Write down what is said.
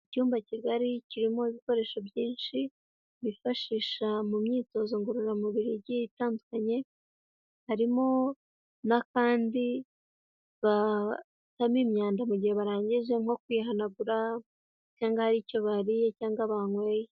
Icyumba kigari kirimo ibikoresho byinshi bifashisha mu myitozo ngororamubiri igiye itandukanye, harimo n'akandi batamo imyanda mu gihe barangije nko kwihanagura cyangwa hari icyo bariye cyangwa banyweye.